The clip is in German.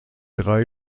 drei